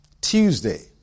Tuesday